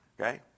Okay